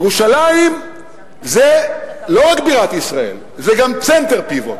ירושלים זה לא רק בירת ישראל, זה גם center pivot.